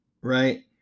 right